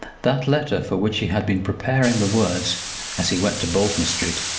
that letter for which he had been preparing the words as he went to bolton street,